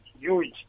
huge